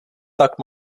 tak